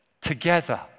together